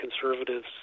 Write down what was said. conservatives